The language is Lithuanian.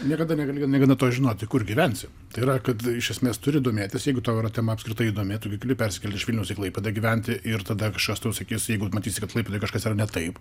niekada negali negana to žinoti kur gyvensi tai yra kad iš esmės turi domėtis jeigu tau yra tema apskritai įdomu tu gi gali persikelti iš vilniaus į klaipėdą gyventi ir tada kažkas tau sakys jeigu matysi kad klaipėdoj kažkas yra ne taip